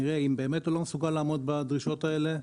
נראה אם באמת הוא לא מסוגל לעמוד בדרישות האלה,